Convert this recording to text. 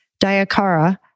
Dayakara